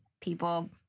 People